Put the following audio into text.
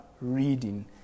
reading